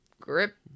grip